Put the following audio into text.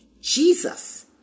Jesus